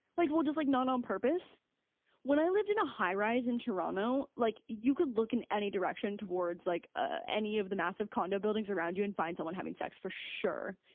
like, we'll just like not on purpose when i lived in a high rise in toronto, like you could look in any direction towards like ah any of the massive condo buildings around you and find someone having sex, for sure.